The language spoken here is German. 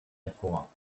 hervor